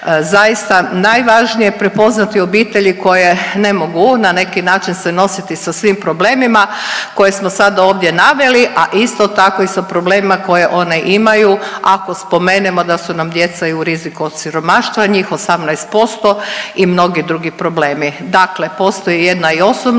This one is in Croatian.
zaista najvažnije prepoznati obitelji koje ne mogu na neki način se nositi sa svim problemima koje smo sad ovdje naveli, a isto tako i sa problemima koje one imaju, ako spomenemo da su nam djeca i u riziku od siromaštva njih 18% i mnogi drugi problemi. Dakle, postoji jedna i